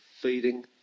feeding